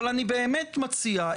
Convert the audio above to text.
אבל אני באמת מציע,